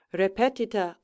repetita